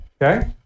okay